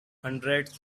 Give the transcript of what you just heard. hundreds